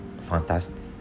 fantastic